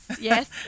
Yes